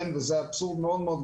וזה אבסורד מאוד מאוד גדול,